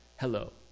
Hello